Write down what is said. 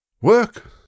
Work